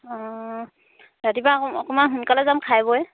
অঁ ৰাতিপুৱা অকণমান সোনকালে যাম খাই বৈ